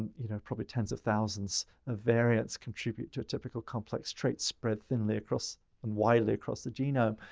and you know, probably tens of thousands of variants contribute to typical complex traits spread thinly across and widely across the genome.